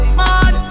mad